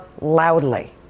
loudly